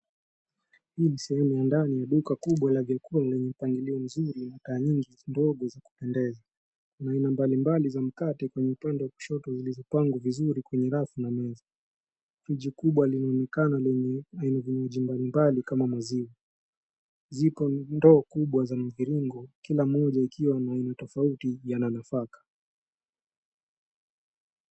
Hii ni sehemu ya ndani ya duka kubwa la vyakula lenye mpangilio mzuri na taa nyingi ndogo zinazopendeza. Kuna aina mbali mbali za mikate kwenye upande wa kushoto zilizopangwa vizuri kwenye rafu na meza. Friji kubwa linaloonekana lenye aina vinywaji mbali mbali kama maziwa. Ziko ndoo kubwa za mviringo kila moja ikiwa na aina tofauti ya nanafaka.